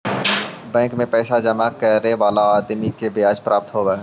bank में पैसा जमा करे वाला आदमी के ब्याज प्राप्त होवऽ हई